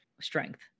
strength